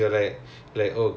ya ya ya